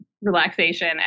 relaxation